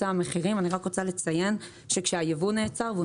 המחירים אז אני רק רוצה לציין שכשהייבוא נעצר והוא